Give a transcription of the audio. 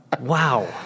Wow